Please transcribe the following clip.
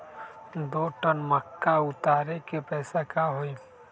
दो टन मक्का उतारे के पैसा का होई?